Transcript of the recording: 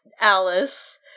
Alice